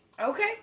Okay